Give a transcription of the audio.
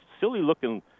silly-looking